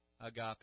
agape